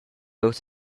ius